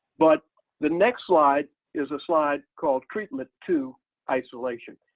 but the next slide is a slide called treatment two isolation,